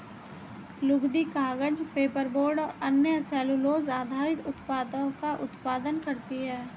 लुगदी, कागज, पेपरबोर्ड और अन्य सेलूलोज़ आधारित उत्पादों का उत्पादन करती हैं